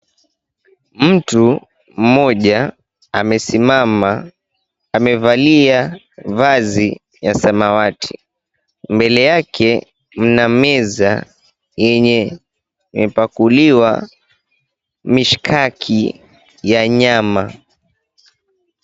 Mtu mmoja amesimama amevalia vazi ya samawati. Mbele yake mna meza yenye imepakuliwa mishkaki ya nyama.